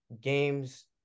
games